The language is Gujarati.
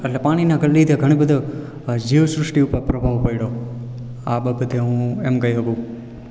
એટલે પાણીના ઘન લીધે ઘણું બધું જીવ સૃષ્ટિ ઉપર પ્રભાવ પડ્યો આ બાબતે હું એમ કહી શકું